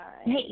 Hey